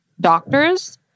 doctors